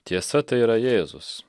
tiesa tai yra jėzus